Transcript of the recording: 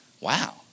Wow